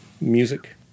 music